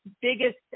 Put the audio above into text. biggest